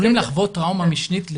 יכולים לחוות טראומה משנית,